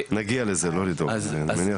נגיע לזה, לא לדאוג, תן לו להמשיך.